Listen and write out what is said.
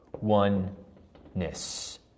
oneness